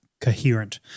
coherent